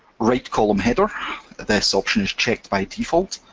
write column header this option is checked by default,